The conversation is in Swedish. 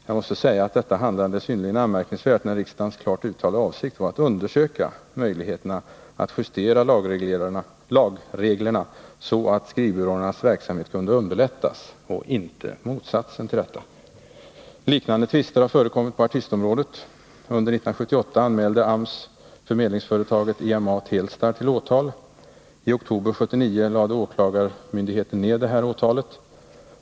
Jag måste säga att detta handlande är synnerligen anmärkningsvärt med tanke på att riksdagens klart uttalade avsikt var att undersöka möjligheterna att justera lagreglerna så, att skrivbyråernas verksamhet kunde underlättas — inte motsatsen till detta. Liknande tvister har förekommit på artistområdet. Under 1978 anmälde AMS förmedlingsföretaget EMA Telstar till åtal. I oktober 1979 lade åklagarmyndigheten ned åtalet.